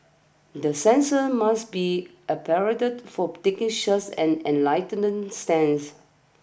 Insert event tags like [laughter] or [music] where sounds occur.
the censors must be [unintelligible] to for taking such an enlightened stance